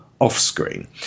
off-screen